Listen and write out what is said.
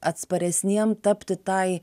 atsparesniem tapti tai